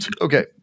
Okay